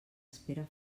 espera